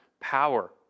power